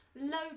low